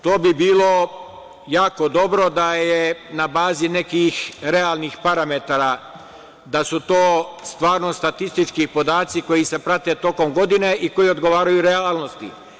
To bi bilo jako dobro da je na bazi nekih realnih parametara, da su to stvarno statistički podaci koji se prate tokom godine i koji odgovaraju realnosti.